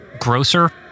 Grocer